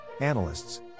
analysts